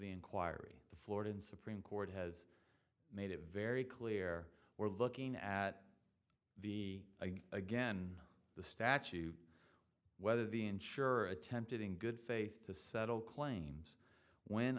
inquiry the florida supreme court has made it very clear we're looking at the again the statute whether the insurer attempted in good faith to settle claims when